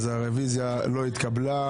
אז הרוויזיה לא התקבלה,